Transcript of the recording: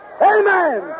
Amen